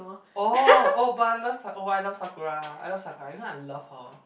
oh oh but I love Sa~ oh I love Sakura I love Sakura you know I love her